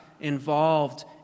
involved